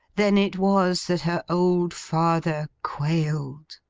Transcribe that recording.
then it was that her old father quailed.